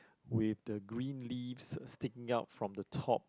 with the green leaves sticking out from the top